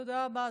תודה רבה.